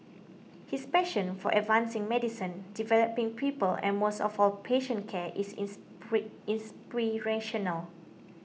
his passion for advancing medicine developing people and most of all patient care is inspirational